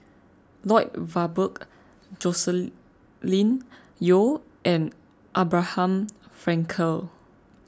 Lloyd Valberg Joscelin Yeo and Abraham Frankel